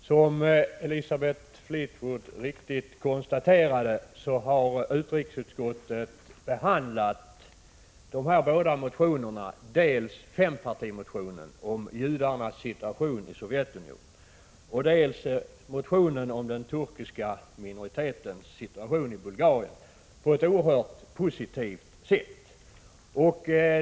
Herr talman! Som Elisabeth Fleetwood riktigt konstaterade har utrikesutskottet behandlat såväl fempartimotionen om judarnas situation i Sovjetunionen som motionen om situationen för den turkiska minoriteten i Bulgarien på ett oerhört positivt sätt.